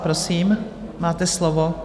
Prosím, máte slovo.